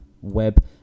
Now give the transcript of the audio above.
Web